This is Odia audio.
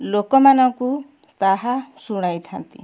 ଲୋକମାନଙ୍କୁ ତାହା ଶୁଣାଇଥାନ୍ତି